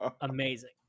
amazing